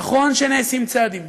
נכון שנעשים צעדים,